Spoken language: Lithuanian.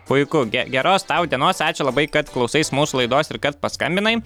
puiku ge geros tau dienos ačiū labai kad klausais mūsų laidos ir kad paskambinai